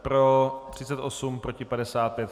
Pro 38, proti 55.